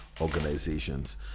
organizations